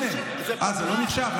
אה, זה לא נחשב?